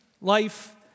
life